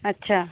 अच्छा